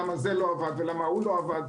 למה זה לא עבד ולמה ההוא לא עבד.